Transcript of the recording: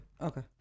Okay